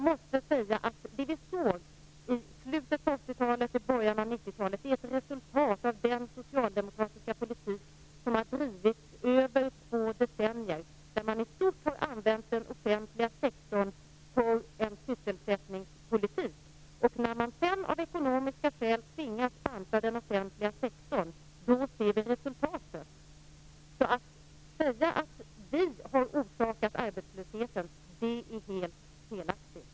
Men det vi såg i slutet av 80-talet och början av 90-talet var ett resultat av den socialdemokratiska politik som har drivits i över två decennier, där man i stort har använt den offentliga sektorn för sysselsättningspolitik. När man sedan av ekonomiska skäl tvingas banta den offentliga sektorn ser vi resultatet. Att säga att vi har orsakat arbetslösheten är alltså helt fel.